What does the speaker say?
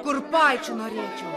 kurpaičių norėčiau